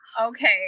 Okay